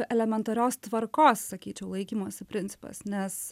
elementarios tvarkos sakyčiau laikymosi principas nes